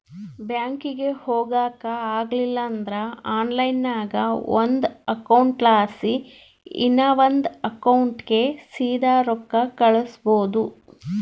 ಬ್ಯಾಂಕಿಗೆ ಹೊಗಾಕ ಆಗಲಿಲ್ದ್ರ ಆನ್ಲೈನ್ನಾಗ ಒಂದು ಅಕೌಂಟ್ಲಾಸಿ ಇನವಂದ್ ಅಕೌಂಟಿಗೆ ಸೀದಾ ರೊಕ್ಕ ಕಳಿಸ್ಬೋದು